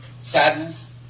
sadness